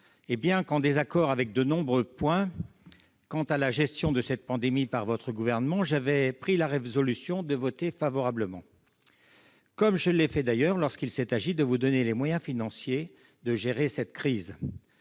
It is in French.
et bien qu'en désaccord sur de nombreux points quant à la gestion de cette pandémie par votre gouvernement, j'avais pris la résolution de voter favorablement, comme je l'ai fait d'ailleurs lorsqu'il s'est agi de vous donner les moyens financiers de gérer cette crise.